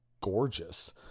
gorgeous